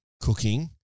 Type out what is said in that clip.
cooking